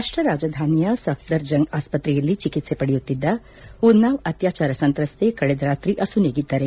ರಾಷ್ಷ ರಾಜಧಾನಿಯ ಸಫ್ಲರ್ಜಂಗ್ ಆಸ್ಪತ್ರೆಯಲ್ಲಿ ಚಿಕಿತ್ವೆ ಪಡೆಯುತ್ತಿದ್ಲ ಉನ್ನಾವ್ ಅತ್ಯಾಚಾರ ಸಂತ್ರಸ್ತೆ ಕಳೆದ ರಾತ್ರಿ ಅಸುನೀಗಿದ್ದಾರೆ